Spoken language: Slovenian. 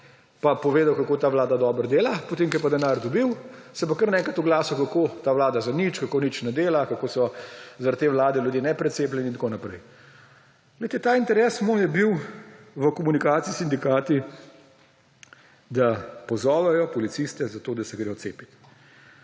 pa povedal, kako ta vlada dobro dela. Ko je pa denar dobil, se je pa kar naenkrat oglasil, kako je ta vlada zanič, kako nič ne dela, kako so zaradi te vlade ljudje neprecepljeni in tako naprej. Glejte, ta moj interes je bil v komunikaciji s sindikati, da pozovejo policiste, da se gredo cepit.